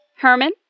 Herman